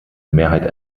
mehrheit